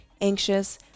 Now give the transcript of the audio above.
anxious